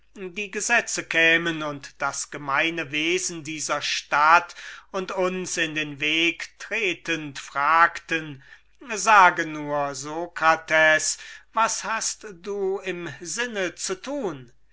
die gesetze kämen und das gemeine wesen dieser stadt und uns in den weg tretend fragten sage nur sokrates was hast du im sinne zu tun